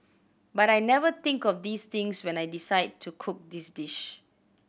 but I never think of these things when I decide to cook this dish